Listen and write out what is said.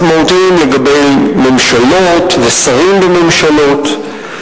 משמעותיים לגבי ממשלות ושרים בממשלות.